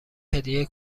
هدیه